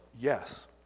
yes